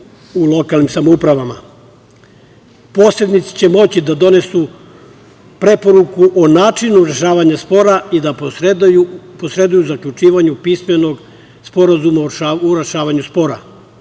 u lokalnim samoupravama. Posrednici će moći da donesu preporuku o načinu rešavanja spora i da posreduju u zaključivanju pismenog sporazuma u rešavanju spora.